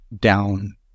down